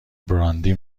براندی